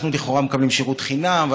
אנחנו לכאורה מקבלים שירות חינם,